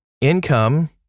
income